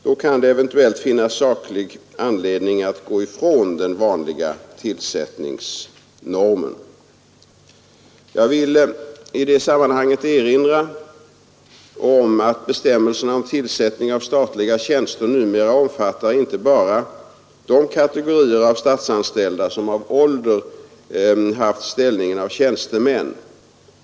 Då kan det eventuellt finnas saklig anledning att gå ifrån den vanliga tillsättningsnormen. Jag vill i detta sammanhang också erinra om att bestämmelserna om tillsättning av statliga tjänster numera omfattar inte bara de kategorier av statsanställda som av ålder haft ställningen av tjänstemän.